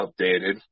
updated